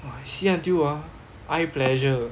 !wah! I see until ah eye pleasure